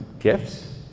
gifts